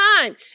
time